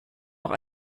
auch